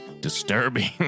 disturbing